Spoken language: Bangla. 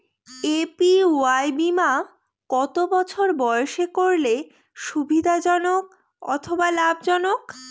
এ.পি.ওয়াই বীমা কত বছর বয়সে করলে সুবিধা জনক অথবা লাভজনক?